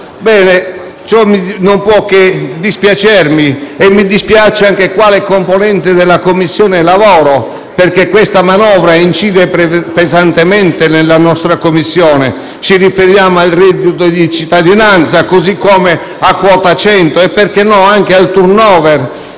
Ciò non può che dispiacermi e mi dispiace anche quale componente della Commissione lavoro, perché la manovra incide pesantemente sui lavori della nostra Commissione. Ci riferiamo al reddito di cittadinanza, così come a Quota 100 e, perché no, anche al *turnover*